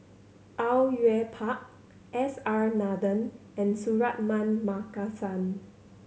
Au Yue Pak S R Nathan and Suratman Markasan